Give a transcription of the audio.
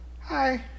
Hi